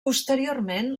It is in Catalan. posteriorment